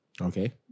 Okay